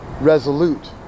Resolute